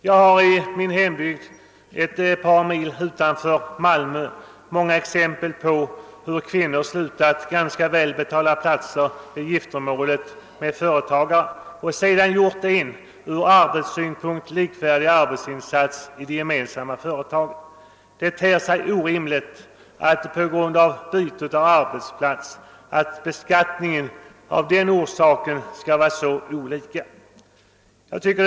Jag har i min hembygd ett par mil utanför Malmö många exempel på att kvinnor slutat på ganska välbetalda platser vid giftermål med företagare och sedan gjort en från arbetssynpunkt likvärdig arbetsinsats i det gemensamma företaget. Det ter sig orimligt att beskattningen på grund av byte av arbetsplats skall förändras så starkt.